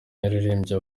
yaririmbye